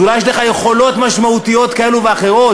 אז אולי יש לך יכולות משמעותיות כאלה ואחרות,